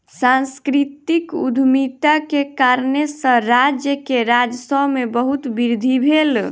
सांस्कृतिक उद्यमिता के कारणेँ सॅ राज्य के राजस्व में बहुत वृद्धि भेल